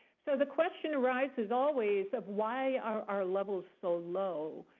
so the question arises always of why our our level is so low.